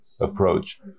approach